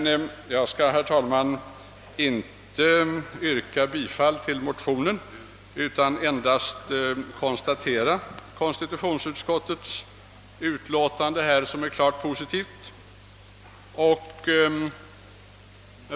Jag skall, herr talman, inte yrka bifall till motionen, utan vill endast notera konstitutionsutskottets klart positiva skrivning.